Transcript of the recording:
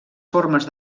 formes